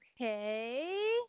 Okay